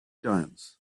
giants